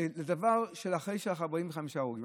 לדבר של אחרי 45 הרוגים.